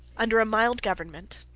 under a mild government,